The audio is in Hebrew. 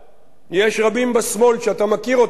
יש רבים בשמאל שאתה מכיר אותם,